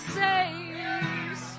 saves